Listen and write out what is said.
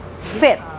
fit